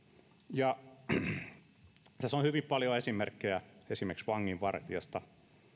tässä on hyvin paljon esimerkkejä esimerkiksi vanginvartijasta